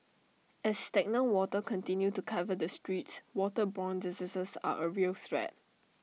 as stagnant water continue to cover the streets waterborne diseases are A real threat